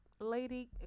lady